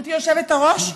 גברתי היושבת-ראש,